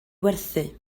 werthu